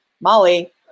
Molly